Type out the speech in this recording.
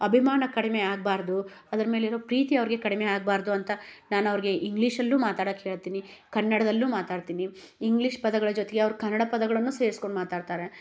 ಅಭಿಮಾನ ಕಡಿಮೆ ಆಗ್ಬಾರದು ಅದ್ರ ಮೇಲಿರೋ ಪ್ರೀತಿ ಅವ್ರ್ಗೆ ಕಡಿಮೆ ಆಗ್ಬಾರದು ಅಂತ ನಾನು ಅವ್ರ್ಗೆ ಇಂಗ್ಲೀಷಲ್ಲೂ ಮಾತಾಡಕ್ಕೆ ಹೇಳ್ತೀನಿ ಕನ್ನಡ್ದಲ್ಲೂ ಮಾತಾಡ್ತೀನಿ ಇಂಗ್ಲೀಷ್ ಪದಗಳ ಜೊತೆಗೆ ಅವ್ರ ಕನ್ನಡ ಪದಗಳನ್ನೂ ಸೇರ್ಸ್ಕೊಂಡು ಮಾತಾಡ್ತಾರೆ